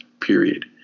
period